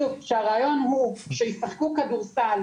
כשהרעיון הוא שישחקו כדורסל.